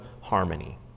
harmony